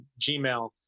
Gmail